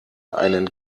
einen